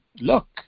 look